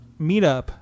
meetup